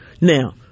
Now